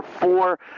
four